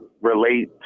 relate